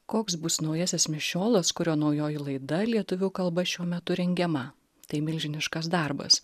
koks bus naujasis mišiolas kurio naujoji laida lietuvių kalba šiuo metu rengiama tai milžiniškas darbas